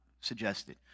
suggested